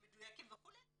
מדעים מדויקים וכולי,